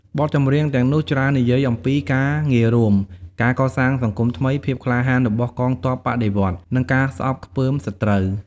បទចម្រៀងទាំងនោះច្រើននិយាយអំពីការងាររួម ការកសាងសង្គមថ្មី ភាពក្លាហានរបស់កងទ័ពបដិវត្តន៍ និងការស្អប់ខ្ពើមសត្រូវ។